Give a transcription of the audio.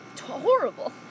Horrible